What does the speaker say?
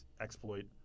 exploit